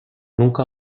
nunca